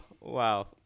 Wow